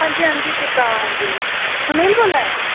आं जी आं जी कीता आं जी आं जी सुनील बोल्ला दे